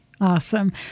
Awesome